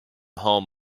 home